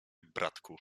bratku